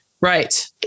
Right